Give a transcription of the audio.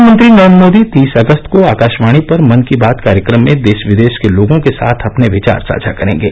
प्रधानमंत्री नरेंद्र मोदी तीस अगस्त को आकाशवाणी पर मन की बात कार्यक्रम में देश विदेश के लोगों के साथ अपने विचार साझा करेंगे